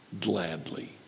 Gladly